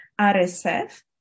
RSF